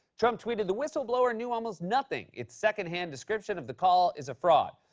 trump tweeted, the whistleblower knew almost nothing. its second-hand description of the call is a fraud.